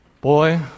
boy